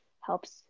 helps